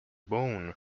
bone